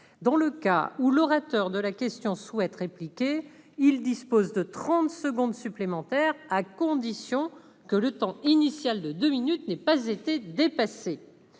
Dans le cas où l'auteur de la question souhaite répliquer, il dispose de trente secondes supplémentaires, à condition que le temps initial de deux minutes n'ait pas été dépassé.